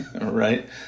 right